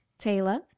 Taylor